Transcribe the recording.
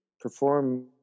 perform